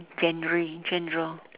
genre genre